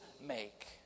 make